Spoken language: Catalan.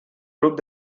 grup